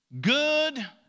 good